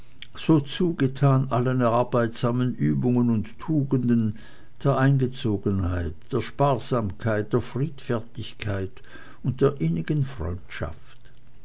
so zugetan allen arbeitsamen übungen und tugenden der eingezogenheit der sparsamkeit der friedfertigkeit und der innigen freundschaft